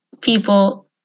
people